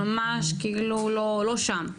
ממש כאילו לא שם,